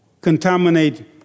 contaminate